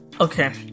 Okay